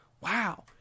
wow